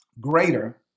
greater